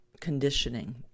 conditioning